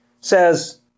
says